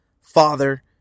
father